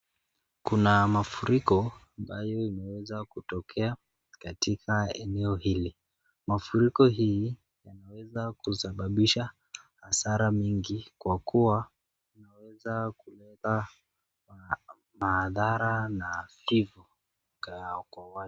Kuna mafuriko ambayo imeweza kutokea katika eneo hili. mafuriko hii yameweza kusababisha hasara mingi kwa kuwa yameweza kuleta madhara na kifo kwa watu